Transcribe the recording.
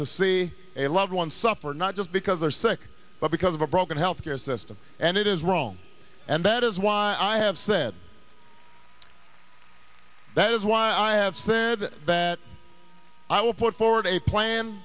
to see a loved one suffer not just because they are sick but because of a broken health care system and it is wrong and that is why i have said that is why i have stated that i will put forward a plan